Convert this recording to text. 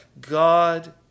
God